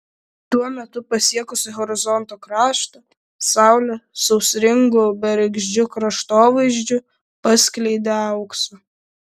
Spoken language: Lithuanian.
tuo metu pasiekusi horizonto kraštą saulė sausringu bergždžiu kraštovaizdžiu paskleidė auksą